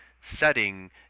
setting